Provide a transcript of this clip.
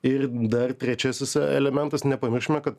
ir dar trečiasis elementas nepamiršime kad